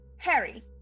Harry